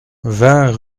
vingt